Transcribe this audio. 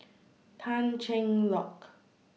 Tan Cheng Lock